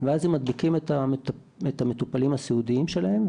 ואז הם מדביקים את המטופלים הסיעודיים שלהם.